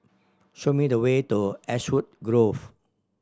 show me the way to Ashwood Grove